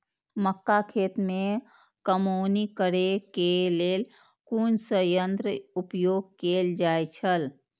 मक्का खेत में कमौनी करेय केय लेल कुन संयंत्र उपयोग कैल जाए छल?